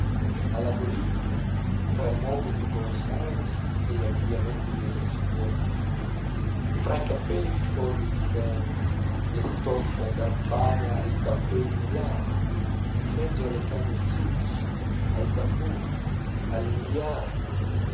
alla bolivia tra i mobili di buenos ayres e gli abbigliamenti delle signore di lima fra i cappelli di foglie di sen le stoffe d'alpaga e i tappeti di lama in mezzo alle canne di zucchero ai bambù